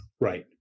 Right